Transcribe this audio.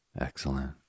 Excellent